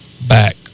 back